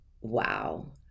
wow